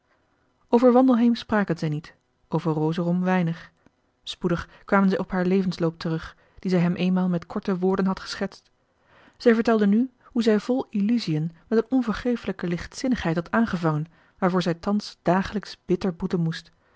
over wandelheem spraken zij niet over rosorum weinig spoedig kwamen zij op haar levensloop terug dien zij hem eenmaal met korte woorden had geschetst zij vertelde nu hoe zij vol illusiën met een onvergefelijke lichtzinnigheid had aangevangen waarvoor zij thans dagelijks bitter boeten moest